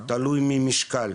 זה תלוי במשקל,